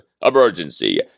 emergency